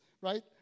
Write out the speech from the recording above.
right